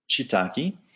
shiitake